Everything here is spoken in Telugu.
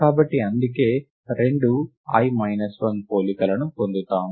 కాబట్టి అందుకే మనం 2 i మైనస్ 1 పోలికలను పొందుతాము